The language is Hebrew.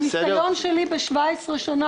מהניסיון שלי ב-17 שנה,